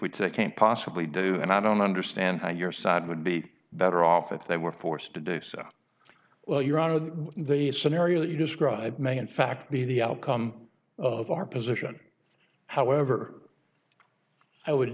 which they can't possibly do and i don't understand how your side would be better off if they were forced to do so well you're out of the scenario you describe may in fact be the outcome of our position however i would